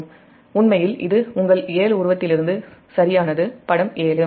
நான் எழுதுகிறேன் உண்மையில் இது உங்கள் 7 உருவத்தி லிருந்து சரியான படம் 7